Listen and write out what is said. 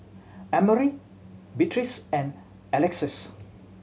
Emery Beatriz and Alexus